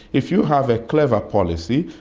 if you have a clever policy,